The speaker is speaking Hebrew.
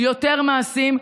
יותר מעשים,